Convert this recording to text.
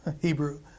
Hebrew